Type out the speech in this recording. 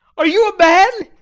are you a man?